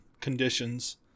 conditions